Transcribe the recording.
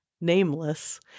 nameless